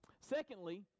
secondly